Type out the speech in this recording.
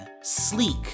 sleek